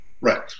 Right